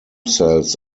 cells